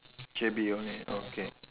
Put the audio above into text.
J_B only okay